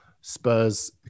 Spurs